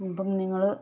ഇപ്പം നിങ്ങൾ